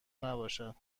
نباشد